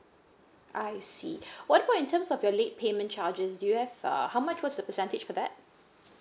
I see what about in terms of your late payment charges do you have err how much was the percentage for that